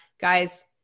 guys